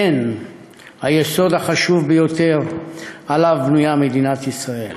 אתן היסוד החשוב ביותר שעליו בנויה מדינת ישראל.